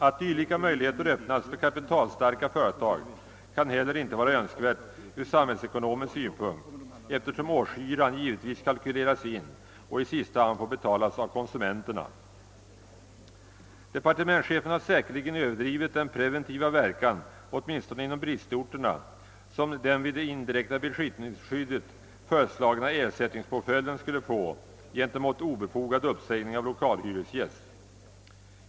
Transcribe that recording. Att dylika möjligheter öppnas för kapitalstarka företag kan heller icke vara önskvärt ur samhällsekonomisk synpunkt, eftersom årshyran givetvis kalkyleras in och i sista hand får betalas av konsumenterna. Departementschefen har säkerligen överdrivit den preventiva verkan åtminstone inom bristorterna som den vid det indirekta besittningsskyddet föreslagna ersättningspåföljden skulle få gentemot obefogad uppsägning av lokalhyresgäst.